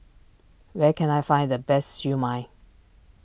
where can I find the best Siew Mai